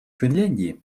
финляндии